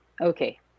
Okay